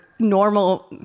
normal